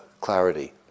clarity